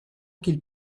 qu’il